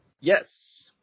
Yes